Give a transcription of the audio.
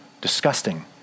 Disgusting